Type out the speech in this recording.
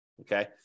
okay